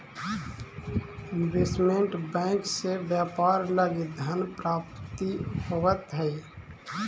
investment bank से व्यापार लगी धन प्राप्ति होवऽ हइ